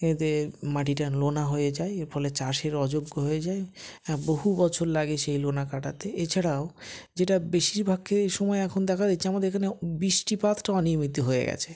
এতে মাটিটা নোনা হয়ে যায় এর ফলে চাষের অযোগ্য হয়ে যায় হ্যাঁ বহু বছর লাগে সেই লোনা কাটাতে এছাড়াও যেটা বেশিরভাগে সময়ে এখন দেখা যাচ্ছে আমাদের এখানে বৃষ্টিপাতটা অনিয়মিত হয়ে গেছে